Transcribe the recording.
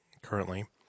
Currently